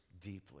deeply